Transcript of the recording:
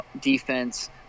defense